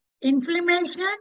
inflammation